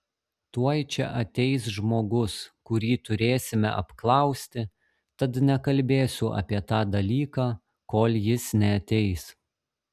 tuoj čia ateis žmogus kurį turėsime apklausti tad nekalbėsiu apie tą dalyką kol jis neateis